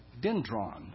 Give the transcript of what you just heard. dendron